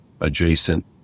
adjacent